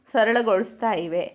ಸರಳಗೊಳಿಸ್ತಾಯಿವೆ